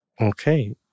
Okay